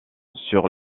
sur